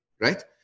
right